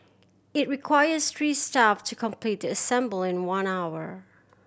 it requires three staff to complete the assembly in one hour